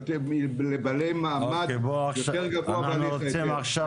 לבעלי מעמד יותר גבוה -- אנחנו רוצים עכשיו